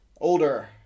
Older